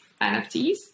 nfts